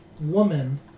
woman